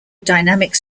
dynamic